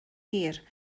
hir